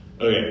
okay